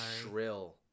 shrill